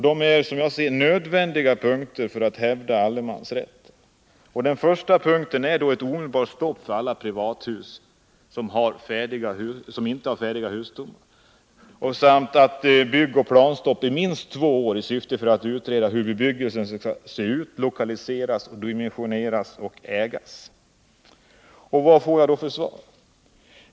Det är, som jag ser det, nödvändiga punkter för att hävda allemansrätten. Den första punkten gäller ett omedelbart stopp för alla privathus som inte har färdiga husstommar. Den andra punkten gäller byggoch planstopp i minst två år i syfte att utreda hur bebyggelsen skall se ut, lokaliseras, dimensioneras och ägas. Vad får jag då för svar?